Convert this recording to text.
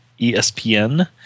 ESPN